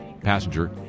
passenger